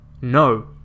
no